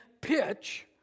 pitch